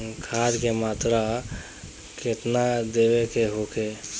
खाध के मात्रा केतना देवे के होखे?